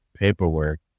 paperwork